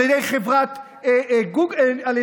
על ידי חברת פייסבוק,